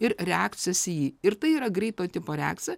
ir reakcijos į jį ir tai yra greito tipo reakcija